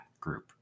group